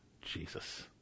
Jesus